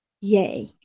Yay